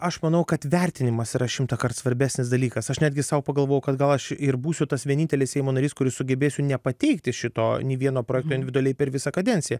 aš manau kad vertinimas yra šimtąkart svarbesnis dalykas aš netgi sau pagalvojau kad gal aš ir būsiu tas vienintelis seimo narys kuris sugebėsiu nepateikti šito nei vieno projekto individualiai per visą kadenciją